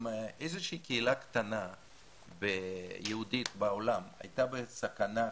אם איזה שהיא קהילה יהודית קטנה בעולם הייתה בסכנה פיזית,